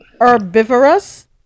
Herbivorous